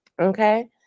Okay